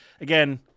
Again